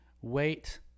wait